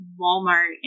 Walmart